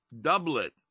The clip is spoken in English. doublet